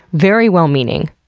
very well meaning,